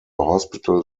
hospital